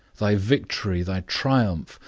thy victory, thy triumph,